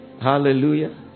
Hallelujah